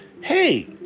Hey